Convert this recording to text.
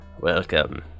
welcome